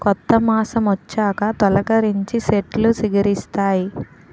కొత్త మాసమొచ్చాక తొలికరించి సెట్లు సిగిరిస్తాయి